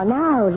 now